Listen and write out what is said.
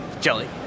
Jelly